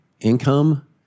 income